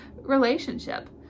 relationship